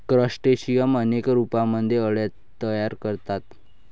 crustacean अनेक रूपांमध्ये अळ्या तयार करतात